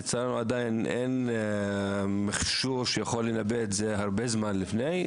לצערנו עדיין אין מכשור שיכול לנבא את זה הרבה זמן לפני,